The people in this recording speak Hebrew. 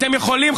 אתם יכולים,